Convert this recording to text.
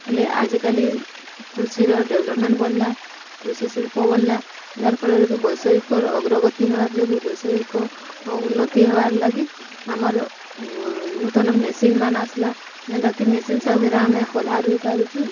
ହେଲେ ଆଜିକାଲି କୃଷିର ଡେଭଲପମେଣ୍ଟ୍ ବଢ଼ିଲା କୃଷି ଶିଳ୍ପ ବଢ଼ିଲା ଯାହାଫଳରେ କି ବୈଷୟିକର ଅଗ୍ରଗତି ହେବାର ଯୋଗୁଁ ବୈଷୟିକ ଉନ୍ନତି ହେବାର୍ ଲାଗି ଆମର ନୂତନ ମେସିନ୍ ମାନ ଆସଲା ଯେନ୍ତାକି ମେସିନ୍ ସାହାଯ୍ୟରେ ଆମେ ପଲା ରୁଇ ପାରୁଛୁ